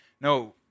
No